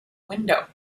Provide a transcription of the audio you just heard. window